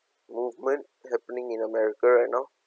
movement happening in america right now